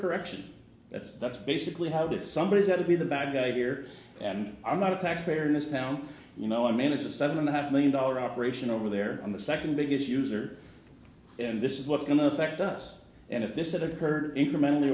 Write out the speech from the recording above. correction that that's basically how did somebody that to be the bad guy here and i'm not a tax fairness now you know i managed a seven and a half million dollar operation over there on the second biggest user and this is what's going to affect us and if this had occurred incrementally